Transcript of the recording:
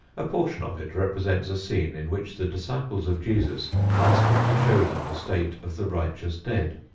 a portion of it represents a scene in which the disciples of jesus ask him to show them the state of the righteous dead,